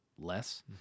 Less